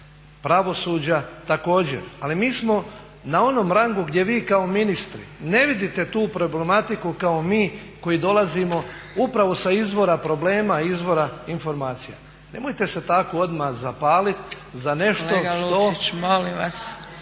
pravosuđa također. Ali mi smo na onom rangu gdje vi kao ministri ne vidite tu problematiku kao mi koji dolazimo upravo sa izvora problema, izvora informacija. Nemojte se tako odmah zapalit za nešto …